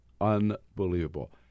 unbelievable